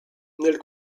nel